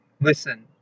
listen